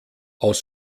aus